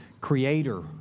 creator